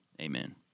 amen